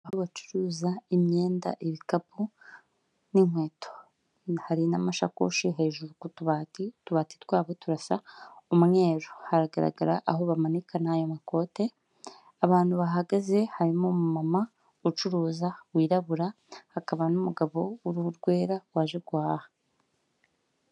Aho bacuruza imyenda ibikapu n'inkweto, hari n'amashakoshi hejuru ku tubati. Utubati twabo turasa umweru ,haragaragara aho bamanika n'ayo makote, abantu bahagaze harimo umumama ucuruza wirabura, hakaba n'umugabo uruhu rwera waje guhaha.